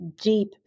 deep